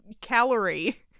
calorie